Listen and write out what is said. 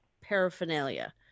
paraphernalia